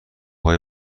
های